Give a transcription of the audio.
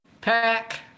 Pack